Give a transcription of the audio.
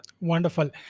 Wonderful